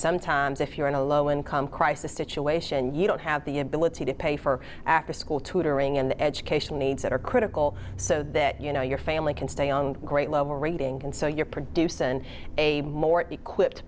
sometimes if you're in a low income crisis situation you don't have the ability to pay for after school tutoring and education needs that are critical so that you know your family can stay on grade level rating and so your produce and a more equipped